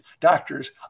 doctors